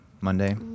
Monday